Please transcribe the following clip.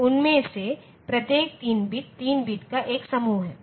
तो उनमें से प्रत्येक 3 बिट 3 बिट का एक समूह है